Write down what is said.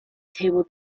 table